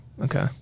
Okay